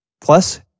Plus